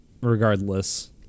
regardless